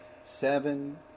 seven